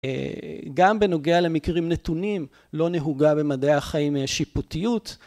גם בנוגע למקרים נתונים לא נהוגה במדעי החיים, אה, שיפוטיות